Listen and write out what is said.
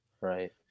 Right